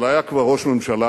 אבל היה כבר ראש ממשלה,